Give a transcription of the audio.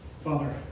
Father